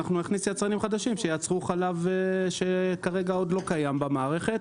אנחנו נכניס יצרנים חדשים שייצרו חלב שכרגע עוד לא קיים במערכת.